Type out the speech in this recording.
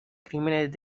crímenes